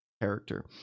character